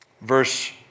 Verse